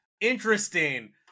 Interesting